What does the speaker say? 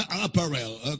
apparel